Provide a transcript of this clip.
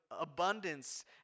abundance